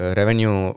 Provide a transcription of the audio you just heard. revenue